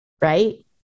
right